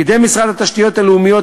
קידם משרד התשתיות הלאומיות,